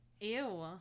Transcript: Ew